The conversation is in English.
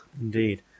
Indeed